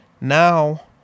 Now